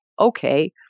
okay